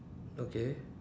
okay